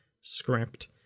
script